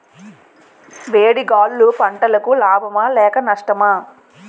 వేడి గాలులు పంటలకు లాభమా లేక నష్టమా?